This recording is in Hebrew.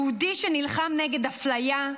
יהודי שנלחם נגד אפליה,